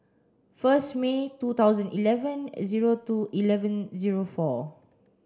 first May two thousand eleven zero two eleven zero four